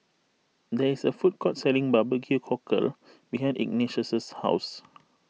there is a food court selling Barbecue Cockle behind Ignatius' house